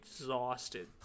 exhausted